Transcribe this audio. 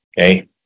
Okay